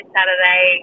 Saturday